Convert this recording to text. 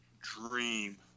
dream